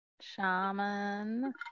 Shaman